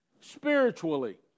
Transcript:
spiritually